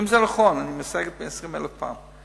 אם זה נכון, אני מסייג עשרים אלף פעם,